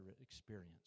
experience